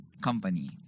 company